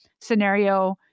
scenario